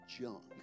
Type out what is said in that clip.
junk